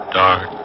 dark